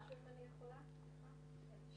אני שלי